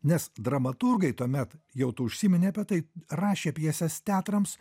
nes dramaturgai tuomet jau tu užsiminei apie tai rašė pjeses teatrams